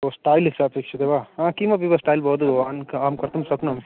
ओ stylish आपेक्षते वा किमपि वा स्टैल् भवतु भवान् अहं कर्तुं शक्नोमि